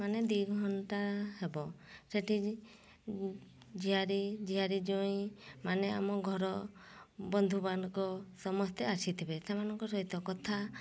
ମାନେ ଦୁଇ ଘଣ୍ଟା ହେବ ସେଠି ଝିଆରୀ ଝିଆରୀ ଜ୍ଵାଇଁ ମାନେ ଆମ ଘର ବନ୍ଧୁ ମାନଙ୍କ ସମସ୍ତେ ଆସିଥିବେ ସେମାନଙ୍କ ସହିତ କଥା